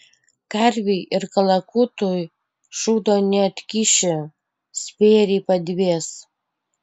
karvei ir kalakutui šūdo neatkiši spėriai padvės